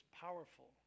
powerful